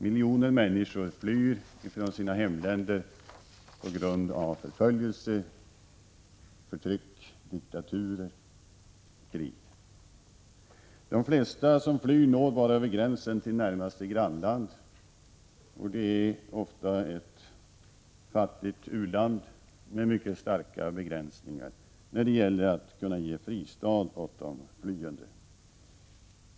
Miljoner människor flyr från sina hemländer på grund av förföljelse, förtryck, diktatur och krig. De flesta som flyr når bara över gränsen till närmaste grannland, och det är ofta ett fattigt u-land med mycket starka begränsningar när det gäller att kunna ge fristad åt de flyende.